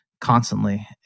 constantly